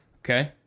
Okay